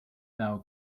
thou